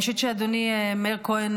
אני חושבת שאדוני מאיר כהן,